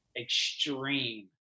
extreme